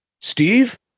Steve